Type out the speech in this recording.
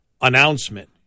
announcement